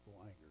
anger